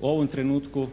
u ovom trenutku